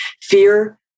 fear